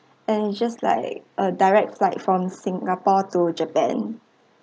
and just like a direct flight from singapore to japan